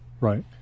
Right